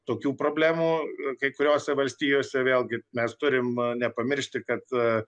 tokių problemų kai kuriose valstijose vėlgi mes turim nepamiršti kad